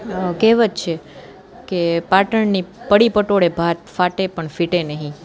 કહેવત છે કે પાટણની પડી પટોળે ભાત ફાટે પણ ફિટે નહીં